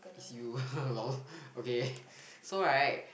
it's you lol okay so right